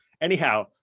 Anyhow